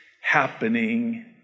happening